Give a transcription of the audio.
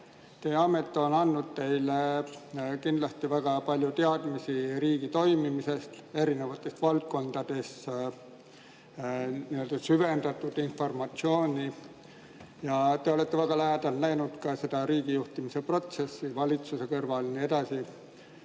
teie amet on andnud teile kindlasti väga palju teadmisi riigi toimimisest erinevates valdkondades, süvendatud informatsiooni. Te olete väga lähedalt näinud seda riigijuhtimise protsessi valitsuse kõrval ja nii edasi.